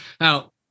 Now